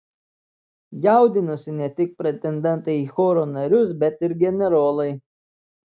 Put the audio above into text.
jaudinosi ne tik pretendentai į choro narius bet ir generolai